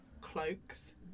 Cloaks